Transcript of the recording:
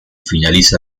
finaliza